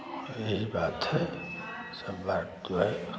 और यही बात है सब बात जो है